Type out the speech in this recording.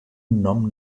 nom